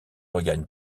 regagne